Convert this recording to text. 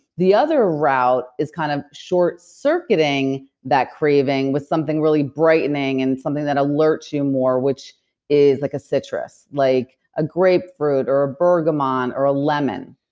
the other route is kind of short circuiting that craving with something really brightening and something that alerts you more which is like a citrus, like a grapefruit or a burger man or a lemon.